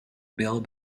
bill